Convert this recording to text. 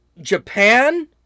Japan